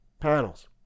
panels